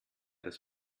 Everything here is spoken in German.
das